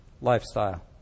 lifestyle